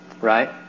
Right